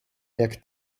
jak